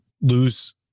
lose